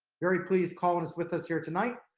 very pleased colin is with us here tonight.